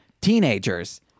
teenagers